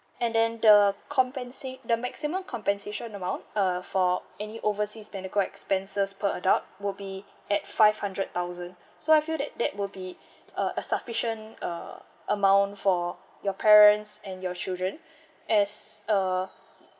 and then the compensate the maximum compensation amount uh for any overseas medical expenses per adult would be at five hundred thousand so I feel that that would be a a sufficient uh amount for your parents and your children as uh